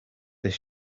this